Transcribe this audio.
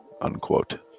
unquote